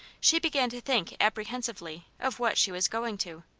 she began to think apprehensively of what she was going to.